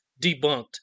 debunked